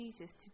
Jesus